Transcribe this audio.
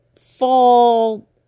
fall